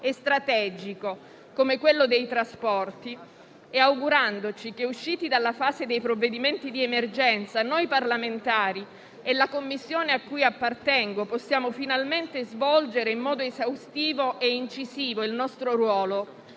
e strategico come quello dei trasporti; e augurandoci che, usciti dalla fase dei provvedimenti di emergenza, noi parlamentari e la Commissione cui appartengo possiamo finalmente svolgere in modo esaustivo e incisivo il nostro ruolo